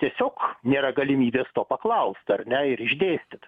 tiesiog nėra galimybės to paklaust ar ne ir išdėstyt